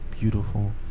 beautiful